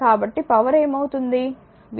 కాబట్టి పవర్ ఏమవుతుంది